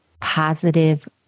positive